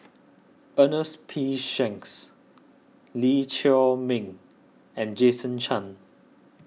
Ernest P Shanks Lee Chiaw Meng and Jason Chan